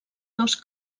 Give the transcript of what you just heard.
dos